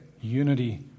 unity